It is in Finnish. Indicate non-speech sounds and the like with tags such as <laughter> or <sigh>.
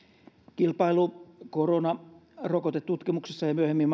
kilpailu koronarokotetutkimuksessa ja myöhemmin <unintelligible>